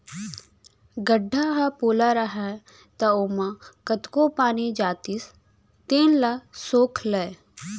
गड्ढ़ा ह पोला रहय त ओमा कतको पानी जातिस तेन ल सोख लय